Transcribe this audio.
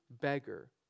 beggar